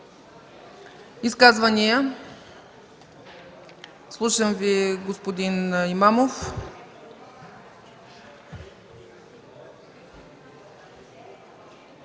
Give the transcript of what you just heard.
Изказвания? Слушаме Ви, господин Имамов.